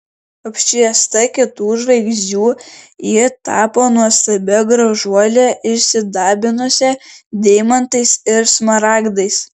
apšviesta kitų žvaigždžių ji tapo nuostabia gražuole išsidabinusia deimantais ir smaragdais